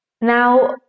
Now